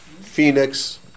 Phoenix